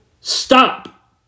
stop